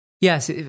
Yes